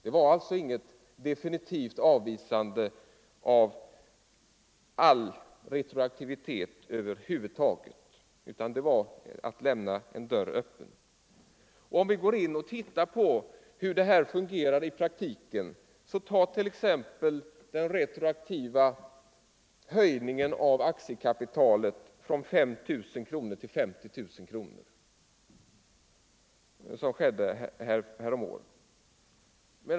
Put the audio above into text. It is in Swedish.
Det var alltså inget definitivt avvisande av all retroaktivitet, utan det var att lämna en dörr öppen. För att visa hur denna retroaktiva lagstiftning fungerar i praktiken kan man exempelvis peka på den retroaktiva höjning av aktiekapitalet från 5 000 kronor till 50 000 kronor som genomfördes häromåret.